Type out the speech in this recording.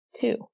two